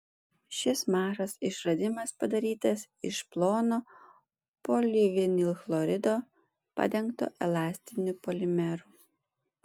šis mažas išradimas padarytas iš plono polivinilchlorido padengto elastiniu polimeru